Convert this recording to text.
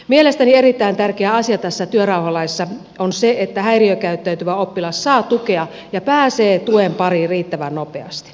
mielestäni erittäin tärkeä asia tässä työrauhalaissa on se että häiriökäyttäytyvä oppilas saa tukea ja pääsee tuen pariin riittävän nopeasti